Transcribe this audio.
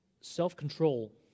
self-control